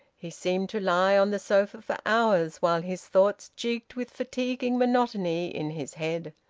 he seemed to lie on the sofa for hours while his thoughts jigged with fatiguing monotony in his head.